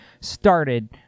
started